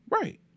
Right